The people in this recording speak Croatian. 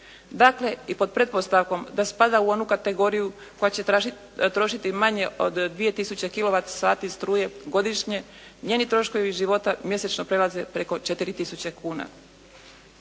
Dakle, i pod pretpostavkom da spada u onu kategoriju koja će trošiti manje od 2000 kilovat sati struje godišnje njeni troškovi života mjesečno prelaze preko 4000 kuna.